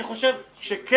לדעתי,